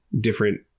different